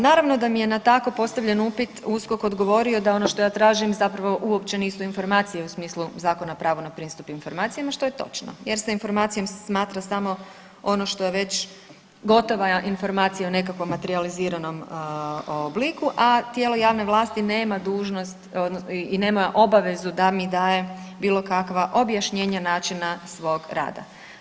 Naravno da mi je na tako postavljen upit USKOK odgovorio da ono što ja tražim zapravo uopće nisu informacije u smislu Zakona o pravu na pristup informacijama što je točno, jer se informacijom smatra samo ono što je već gotova informacija o nekakvom materijaliziranom obliku, a tijelo javne vlasti nema dužnost i nema obavezu da mi daje bilo kakva objašnjenja načina svog rada.